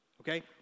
okay